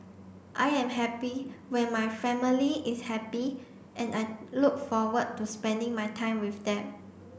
I am happy when my family is happy and I look forward to spending my time with them